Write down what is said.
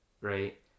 right